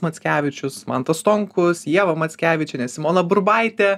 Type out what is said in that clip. mackevičius mantas stonkus ieva mackevičienė simona burbaitė